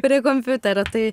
prie kompiuterio tai